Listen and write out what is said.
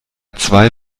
zwei